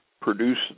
produce